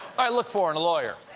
i look for in a lawyer.